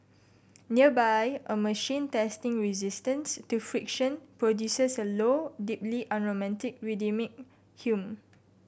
nearby a machine testing resistance to friction produces a low deeply unromantic rhythmic hum